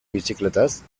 bizikletaz